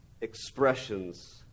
expressions